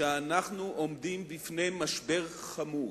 שאנחנו עומדים בפני משבר חמור,